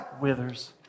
withers